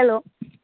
hello